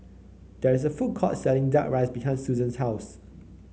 there is a food court selling duck rice behind Suzann's house